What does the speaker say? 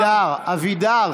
אבידר,